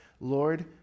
Lord